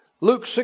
Luke